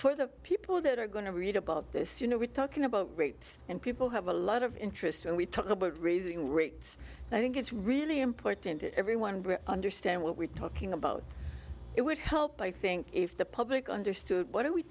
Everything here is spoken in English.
for the people that are going to read about this you know we're talking about weight and people have a lot of interest and we talked about raising rates i think it's really important to everyone but understand what we're talking about it would help i think if the public understood what are we